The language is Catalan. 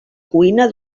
cuina